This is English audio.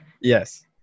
Yes